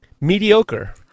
mediocre